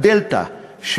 הדלתא,